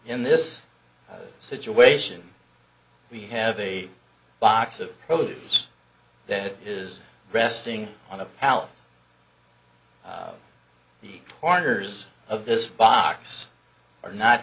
in this situation we have a box of produce that is resting on a pallet the corners of this box are not